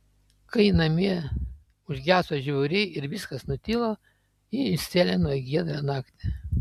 kai namie užgeso žiburiai ir viskas nutilo ji išsėlino į giedrą naktį